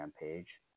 page